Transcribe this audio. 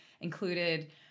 included